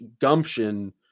gumption